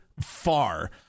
far